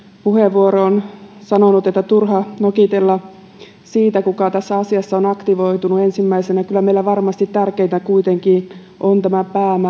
puheenvuoroon sanonut että turha nokitella siitä kuka tässä asiassa on aktivoitunut ensimmäisenä kyllä meillä kaikilla tässä salissa varmasti tärkeintä kuitenkin on tämä